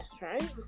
right